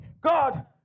God